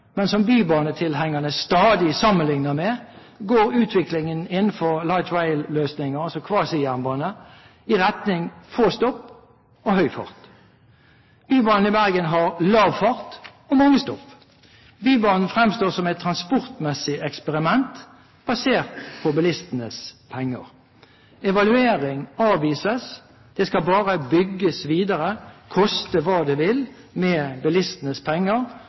men som bybanetilhengerne stadig sammenligner med, går utviklingen innenfor «light rail»-løsninger, kvasijernbane, i retning av få stopp og høy fart. Bybanen i Bergen har lav fart og mange stopp. Bybanen fremstår som et transportmessig eksperiment basert på bilistenes penger. Evaluering avvises, det skal bare bygges videre, koste hva det koste vil, for bilistenes penger